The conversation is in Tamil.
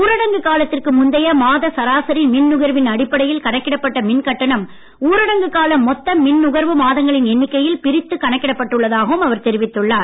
ஊரங்கு காலத்திற்கு முந்தைய மாத சராசரி மின்நுகர்வின் அடிப்படையில் கணக்கிடப்பட்ட மின் கட்டணம் ஊரடங்கு கால மொத்த மின் நுகர்வு மாதங்களின் எண்ணிக்கையில் பிரித்து கணக்கிடப்பட்டுள்ளதாகவும் அவர் தெரிவித்துள்ளார்